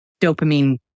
dopamine